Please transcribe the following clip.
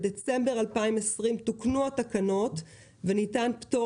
בדצמבר 2020 תוקנו התקנות וניתן פטור